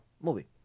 movie